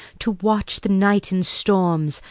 to watch the night in storms,